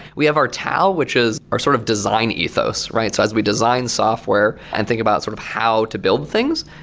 we have our tao, which is our sort of design ethos. so as we design software and think about sort of how to build things,